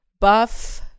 buff